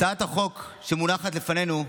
הצעת החוק שמונחת לפנינו,